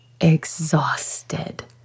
exhausted